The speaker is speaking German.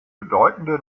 bedeutende